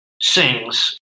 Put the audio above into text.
sings